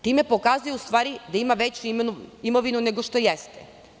Time pokazuje da ima veću imovinu nego što jeste.